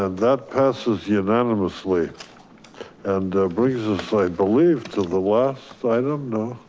that passes unanimously and brings us i believe to the last item. no.